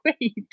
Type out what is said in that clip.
wait